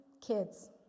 kids